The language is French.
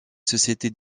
société